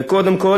וקודם כול,